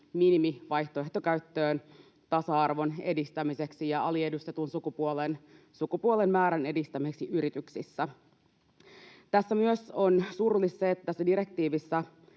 minimivaihtoehto käyttöön tasa-arvon edistämiseksi ja aliedustetun sukupuolen määrän edistämiseksi yrityksissä. Tässä myös on surullista, että tässä Suomen